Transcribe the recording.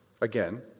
Again